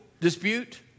dispute